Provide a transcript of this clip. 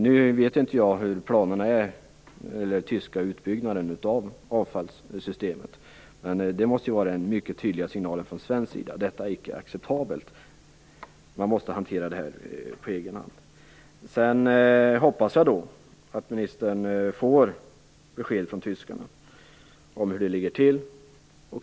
Jag vet inte hur de tyska planerna för utbyggnad av avfallssystemet ser ut, men från svensk sida måste vi skicka tydliga signaler om att detta inte är acceptabelt. Detta måste man hantera på egen hand. Jag hoppas att ministern får ett besked från Tyskland om hur det ligger till.